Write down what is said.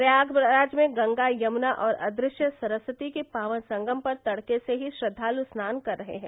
प्रयागराज में गंगा यमुना और अदृश्य सरस्वती के पावन संगम पर तड़के से ही श्रद्वालु स्नान कर रहे हैं